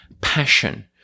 passion